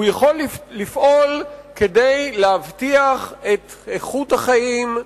הוא יכול לפעול כדי להבטיח את איכות החיים,